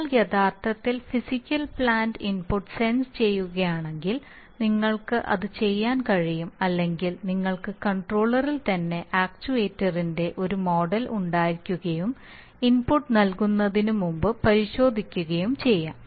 നിങ്ങൾ യഥാർത്ഥത്തിൽ physical plant input sense ചെയ്യുകയാണെങ്കിൽ നിങ്ങൾക്ക് അത് ചെയ്യാൻ കഴിയും അല്ലെങ്കിൽ നിങ്ങൾക്ക് കൺട്രോളറിൽ തന്നെ ആക്ച്യുവേറ്ററിന്റെ ഒരു മോഡൽ ഉണ്ടായിരിക്കുകയും ഇൻപുട്ട് നൽകുന്നതിനുമുമ്പ് പരിശോധിക്കുകയും ചെയ്യാം